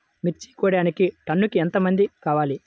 మిర్చి కోయడానికి టన్నుకి ఎంత మంది కావాలి?